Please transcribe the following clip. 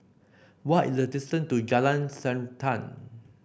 what is the distance to Jalan Srantan